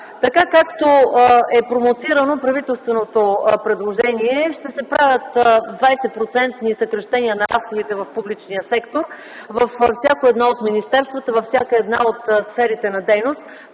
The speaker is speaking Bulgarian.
дебат. Както е промоцирано правителственото предложение, ще се правят 20-процентни съкращения на разходите в публичния сектор във всяко от министерствата, във всяка от сферите на дейност,